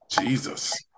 Jesus